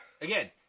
again